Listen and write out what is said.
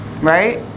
Right